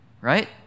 right